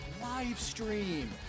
livestream